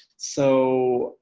so